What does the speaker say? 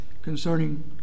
concerning